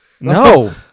No